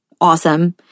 Awesome